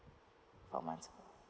four months